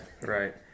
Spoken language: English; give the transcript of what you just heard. Right